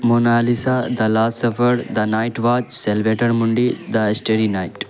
Mona Lisa the last supper the night watch Salvator Mundi the starry night